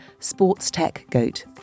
sportstechgoat